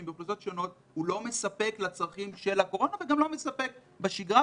באוכלוסיות שונות לא מספק לצרכי הקורונה וגם לא מספק בשגרה.